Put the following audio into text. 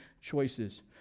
choices